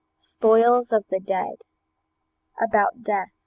spoils of the dead about death